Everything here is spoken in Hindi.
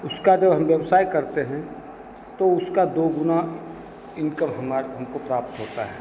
उसका जो हम व्यवसाय करते हैं तो उसका दो गुना इनकम हमारा हमको प्राप्त होता है